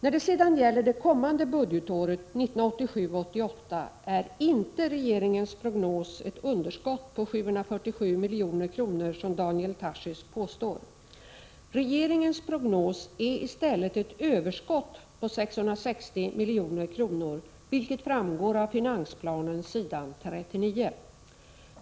När det sedan gäller det kommande budgetåret, 1987/88, är inte regeringens prognos ett underskott på 747 milj.kr., som Daniel Tarschys påstår. Regeringens prognos är i stället ett överskott på 660 milj.kr., vilket framgår av finansplanen, s. 39.